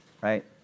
right